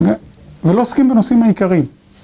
ולא עוסקים בנושאים העיקריים.